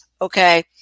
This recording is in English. okay